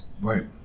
Right